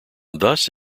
thus